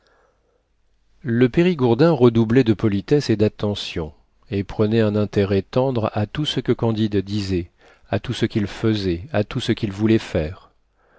le périgourdin redoublait de politesses et d'attentions et prenait un intérêt tendre à tout ce que candide disait à tout ce qu'il fesait à tout ce qu'il voulait faire